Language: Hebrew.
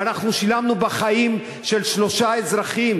ואנחנו שילמנו בחיים של שלושה אזרחים.